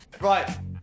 Right